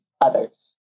others